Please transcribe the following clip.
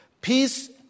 Peace